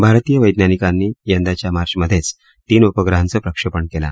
भारतीय वैज्ञानिकांनी यंदाच्या मार्चमध्येच तीन उपग्रहांचं प्रक्षेपण केलं